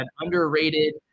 underrated